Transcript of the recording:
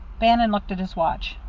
bannon looked at his watch.